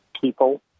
people